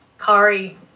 Kari